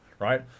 right